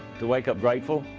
to wake up grateful,